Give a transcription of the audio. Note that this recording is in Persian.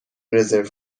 رزرو